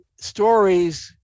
stories